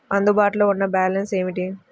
అందుబాటులో ఉన్న బ్యాలన్స్ ఏమిటీ?